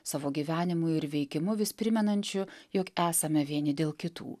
savo gyvenimu ir veikimu vis primenančiu jog esame vieni dėl kitų